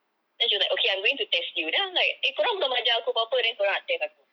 then she was like okay I'm going to test you then I'm like eh kau orang belum ajar aku apa-apa then kau orang nak test aku